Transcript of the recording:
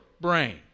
brain